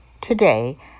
Today